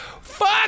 Fuck